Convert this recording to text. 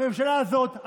הממשלה הזאת,